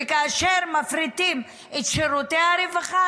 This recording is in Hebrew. וכאשר מפרטים את שירותי הרווחה,